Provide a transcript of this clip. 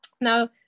Now